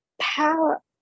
power